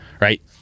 right